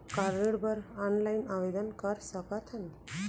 का ऋण बर ऑनलाइन आवेदन कर सकथन?